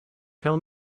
tell